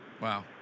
Wow